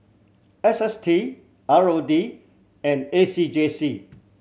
S S T R O D and A C J C